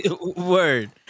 Word